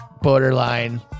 borderline